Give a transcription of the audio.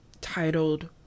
titled